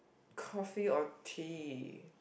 coffee or tea